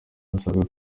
basabwa